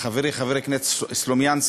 חברי חבר הכנסת סלומינסקי,